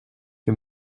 que